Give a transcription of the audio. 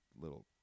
little